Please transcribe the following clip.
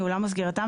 ניהולם או סגירתם,